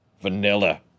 Vanilla